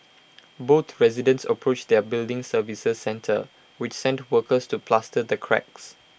both residents approached their building services centre which sent workers to plaster the cracks